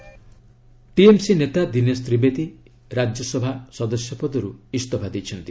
Dinesh Trivedi TMC ନେତା ଦିନେଶ ତ୍ରିବେଦୀ ରାଜ୍ୟସଭା ସଦସ୍ୟ ପଦରୁ ଇସ୍ତଫା ଦେଇଛନ୍ତି